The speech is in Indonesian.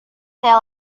saya